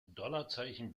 dollarzeichen